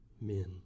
men